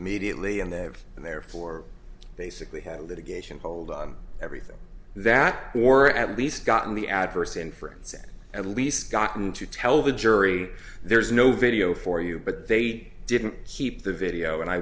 immediately and there and therefore basically had litigation hold on everything that or at least gotten the adverse inference that at least gotten to tell the jury there's no video for you but they didn't keep the video and i